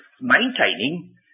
maintaining